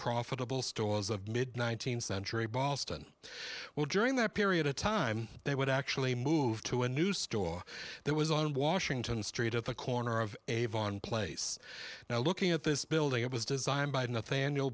profitable stores of mid nineteenth century boston well during that period of time they would actually move to a new store that was on washington street at the corner of avon place now looking at this building it was designed